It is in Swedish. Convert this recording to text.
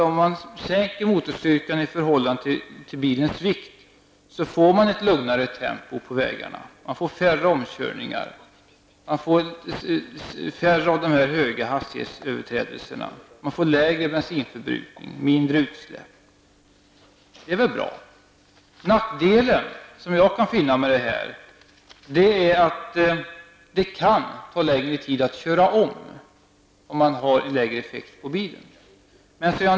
Om man sänker motorstyrkan i förhållande till bilens vikt, får man ett lugnare tempo på vägarna och färre omkörningar. Man får färre överträdelser av högre hastighetsgränser. Man får lägre bensinförbrukning och mindre utsläpp. Det är väl bra. Nackdelen, som jag kan finna, är att det kan ta längre tid att köra om ifall man har lägre effekt på bilen.